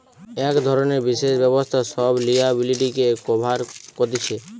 এক ধরণের বিশেষ ব্যবস্থা সব লিয়াবিলিটিকে কভার কতিছে